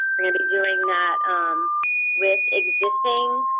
we're going to be doing that with existing